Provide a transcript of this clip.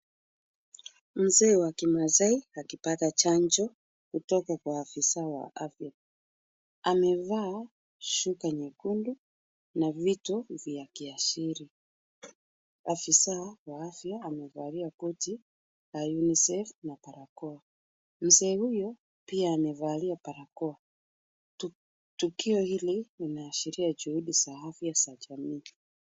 Mzee wa kimaasai akipata chanjo kutoka kwa afisa wa afya. Amevaa shuka nyekundu na vitu vya kiasili. Afisa wa afya amevalia koti la Unicef na barakoa. Mzee huyo pia amevaa barakoa. Tukio hili linaashiria juhudi za afya za jamii.